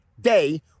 day